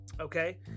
okay